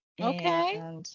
okay